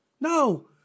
No